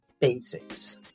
basics